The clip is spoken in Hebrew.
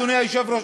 אדוני היושב-ראש,